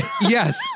yes